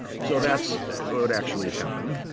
so that's what actually happened.